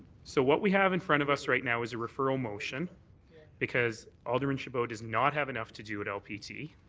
so what we have in front of us right now is a referral motion because alderman chabot did not have enough to do at lpt.